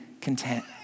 content